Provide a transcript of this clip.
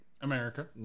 America